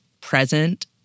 present